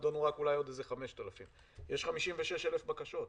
נדונו רק אולי עוד 5,000. יש 56,000 בקשות.